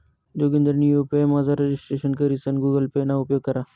जोगिंदरनी यु.पी.आय मझार रजिस्ट्रेशन करीसन गुगल पे ना उपेग करा